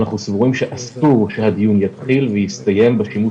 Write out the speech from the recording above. אנחנו סבורים שאסור שהדיון יתחיל ויסתיים בשימוש